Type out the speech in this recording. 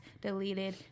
deleted